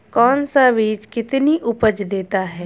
कौन सा बीज कितनी उपज देता है?